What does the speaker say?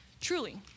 truly